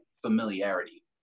familiarity